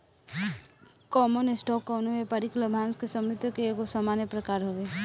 common stock कवनो व्यापारिक लाभांश के स्वामित्व के एगो सामान्य प्रकार हवे